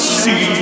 see